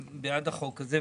בעד החוק הזה.